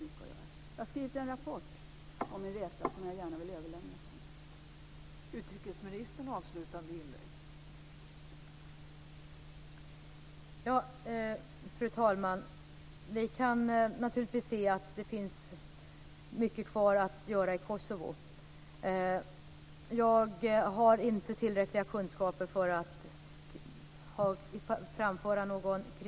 Jag har skrivit en rapport om min resa som jag gärna vill överlämna sedan.